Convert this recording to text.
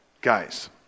guys